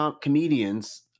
comedians